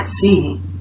see